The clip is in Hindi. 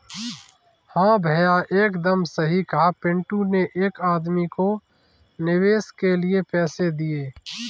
हां भैया एकदम सही कहा पिंटू ने एक आदमी को निवेश के लिए पैसे दिए